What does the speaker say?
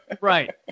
Right